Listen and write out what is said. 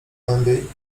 głębiej